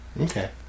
Okay